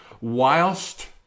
whilst